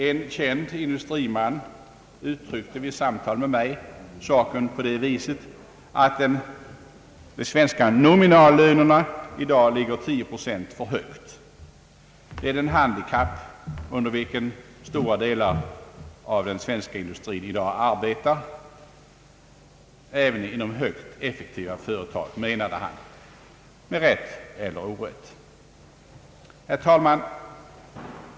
En känd industriman uttryckte vid samtal med mig saken på det viset att de svenska nominallönerna i dag ligger 109 procent för högt. Det är det handikapp under vilket stora delar av den svenska industrin i dag arbetar, även mycket effektiva företag, ansåg han. Herr talman!